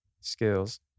skills